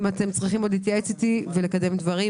ואם אתם רוצים להתייעץ איתי ולקדם דברים,